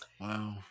Wow